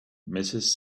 mrs